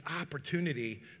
opportunity